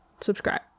Subscribe